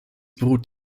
beruht